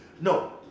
No